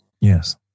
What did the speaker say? Yes